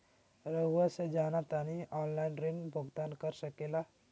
रहुआ से जाना तानी ऑनलाइन ऋण भुगतान कर सके ला?